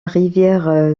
rivière